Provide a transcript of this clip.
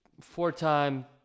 four-time